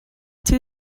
two